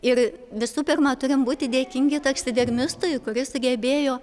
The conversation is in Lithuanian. ir visų pirma turim būti dėkingi taksidermistui kuris sugebėjo